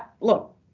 look